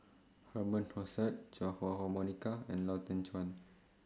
Herman Hochstadt Chua Ah Huwa Monica and Lau Teng Chuan